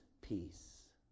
peace